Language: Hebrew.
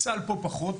צה"ל לא?